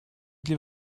для